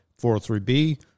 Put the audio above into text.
403b